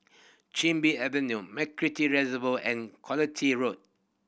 Chin Bee Avenue MacRitchie Reservoir and Quality Road